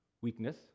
weakness